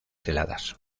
heladas